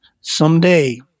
Someday